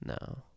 No